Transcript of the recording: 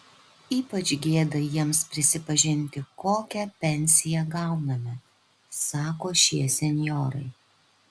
ypač gėda jiems prisipažinti kokią pensiją gauname sako šie senjorai